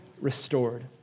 restored